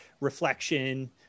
reflection